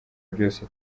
byose